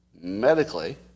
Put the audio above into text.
medically